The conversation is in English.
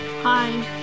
Hi